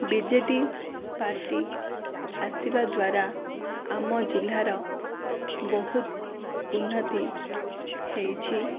BJD party ଆସିବା ଦ୍ଵାରା ଆମ ଜିଲ୍ଲାର ବହୁତ ଉନ୍ନତି ହୋଇଛି